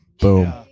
Boom